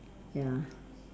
ya